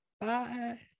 Bye